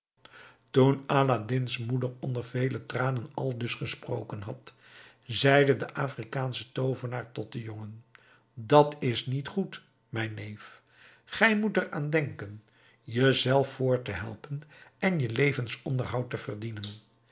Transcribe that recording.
toen aladdin's moeder onder vele tranen aldus gesproken had zeide de afrikaansche toovenaar tot den jongen dat is niet goed mijn neef gij moet er aan denken je zelf voort te helpen en je levensonderhoud te verdienen